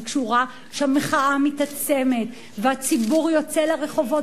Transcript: וכשהוא ראה שהמחאה מתעצמת והציבור יוצא לרחובות,